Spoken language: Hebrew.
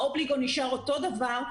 האובליגו נשאר אותו דבר,